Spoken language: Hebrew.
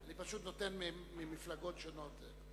אני פשוט נותן ממפלגות שונות.